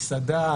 מסעדה,